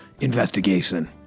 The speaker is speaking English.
investigation